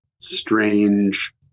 strange